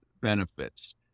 benefits